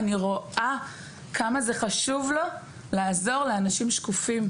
אני רואה כמה זה חשוב לו לעזור לאנשים שקופים,